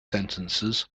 sentences